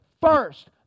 first